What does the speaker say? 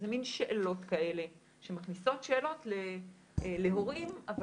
זה מין שאלות כאלה שמכניסות שאלות להורים אבל